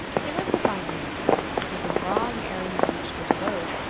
he went to find him it was long ere he reached his abode.